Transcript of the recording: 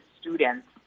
students